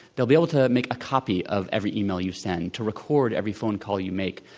they'll be able to make a copy of every email you send, to record every phone call you make,